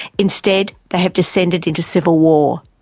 instead, they have descended into civil war.